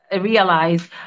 realize